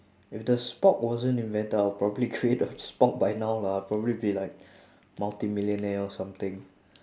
if the spork wasn't invented I'd probably create a spork by now lah I'll probably be like multimillionaire or something